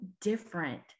different